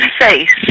face